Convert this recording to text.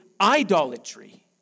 idolatry